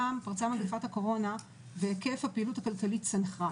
הייתה שנת קורונה והיקף הפעילות הכלכלית צנח.